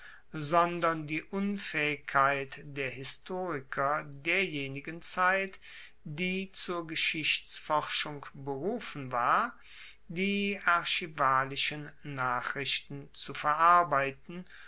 sondern die unfaehigkeit der historiker derjenigen zeit die zur geschichtsforschung berufen war die archivalischen nachrichten zu verarbeiten